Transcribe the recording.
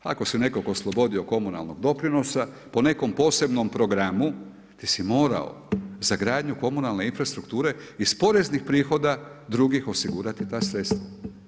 Ako si nekog oslobodio komunalnog doprinosa po nekom posebnom programu ti si morao za gradnju komunalne infrastrukture iz poreznih prihoda drugih osigurati ta sredstva.